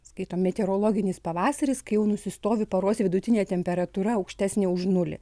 skaito meteorologinis pavasaris kai nusistovi paros vidutinė temperatūra aukštesnė už nulį